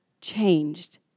changed